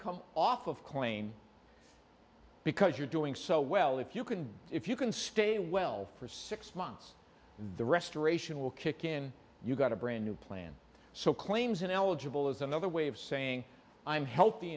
come off of claim because you're doing so well if you can if you can stay well for six months and the restoration will kick in you've got a brand new plan so claims and eligible is another way of saying i'm healthy